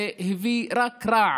זה הביא רק רע